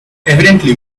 evidently